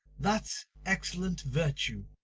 that excellent virtue!